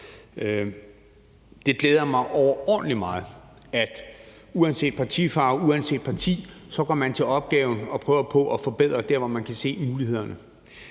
Det glæder mig overordentlig meget, at uanset partifarve, uanset parti går man til opgaven og prøver på at forbedre noget der, hvor man kan se mulighederne.